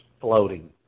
floating